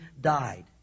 died